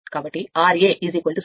కాబట్టి ra 0